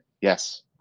yes